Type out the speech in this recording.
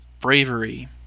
Bravery